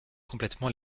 complètement